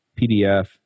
PDF